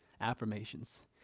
affirmations